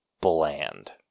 bland